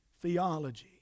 Theology